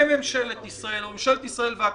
וממשלת ישראל, או ממשלת ישראל והכנסת,